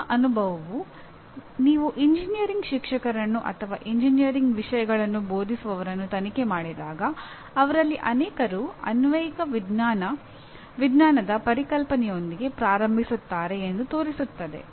ನಮ್ಮ ಅನುಭವವು ನೀವು ಎಂಜಿನಿಯರಿಂಗ್ ಶಿಕ್ಷಕರನ್ನು ಅಥವಾ ಎಂಜಿನಿಯರಿಂಗ್ ವಿಷಯಗಳನ್ನು ಬೋಧಿಸುವವರನ್ನು ತನಿಖೆ ಮಾಡಿದಾಗ ಅವರಲ್ಲಿ ಅನೇಕರು ಅನ್ವಯಿಕ ವಿಜ್ಞಾನದ ಪರಿಕಲ್ಪನೆಯೊಂದಿಗೆ ಪ್ರಾರಂಭಿಸುತ್ತಾರೆ ಎಂದು ತೋರಿಸುತ್ತದೆ